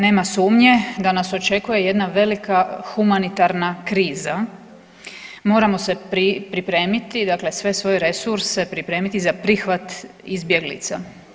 Nema sumnje da nas očekuje jedna velika humanitarna kriza, moramo se pripremiti, dakle sve svoje resurse pripremiti za prihvat izbjeglica.